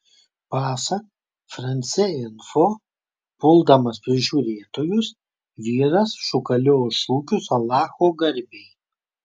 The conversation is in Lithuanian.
pasak france info puldamas prižiūrėtojus vyras šūkaliojo šūkius alacho garbei